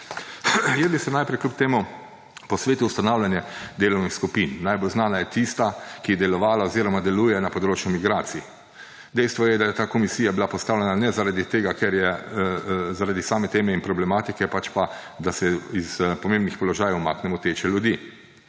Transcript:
Jaz bi se najprej kljub temu posvetil ustanavljanju delovnih skupin. Najbolj znana je tista, ki je delovala oziroma deluje na področju migracij. Dejstvo je, da je bila ta komisija postavljena ne zaradi same teme in problematike, pač pa da se s pomembnih položajev umakne moteče ljudi.